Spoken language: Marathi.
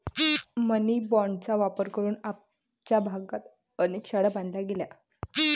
मनी बाँडचा वापर करून आमच्या भागात अनेक शाळा बांधल्या गेल्या